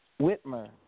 Whitmer